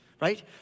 Right